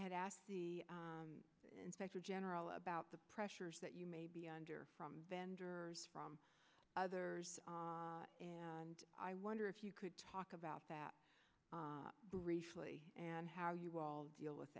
had asked the inspector general about the pressures that you may be under from vendors from others and i wonder if you could talk about that briefly and how you all deal with